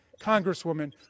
Congresswoman